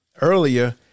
Earlier